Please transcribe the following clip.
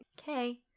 Okay